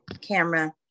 camera